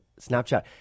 Snapchat